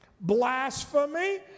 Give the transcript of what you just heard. blasphemy